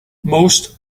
most